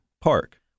park